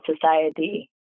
society